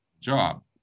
job